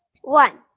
one